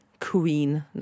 queen